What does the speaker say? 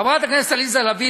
חברת הכנסת עליזה לביא,